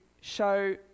show